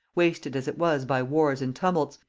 wasted as it was by wars and tumults,